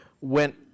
went